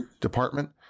department